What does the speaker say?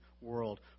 world